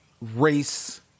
race